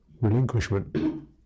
relinquishment